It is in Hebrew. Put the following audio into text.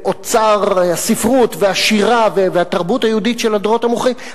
ואוצר הספרות והשירה והתרבות היהודית של הדורות המאוחרים.